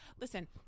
listen